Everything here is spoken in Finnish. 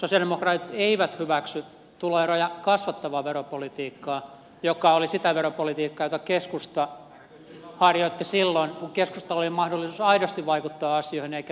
sosialidemokraatit eivät hyväksy tuloeroja kasvattavaa veropolitiikkaa joka oli sitä veropolitiikkaa jota keskusta harjoitti silloin kun keskustalla oli mahdollisuus aidosti vaikuttaa asioihin eikä vain puheissa